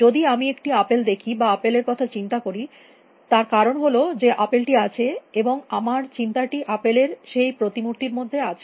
যদি আমি একটি আপেল দেখি বা আপেলের কথা চিন্তা করি তার কারণ হল যে আপেলটি আছে এবং আমার চিন্তাটি আপেলের সেই প্রতিমুর্তির মধ্যে আছে